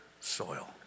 soil